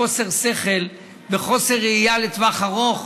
בחוסר שכל וחוסר ראייה לטווח ארוך,